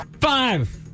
Five